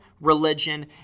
religion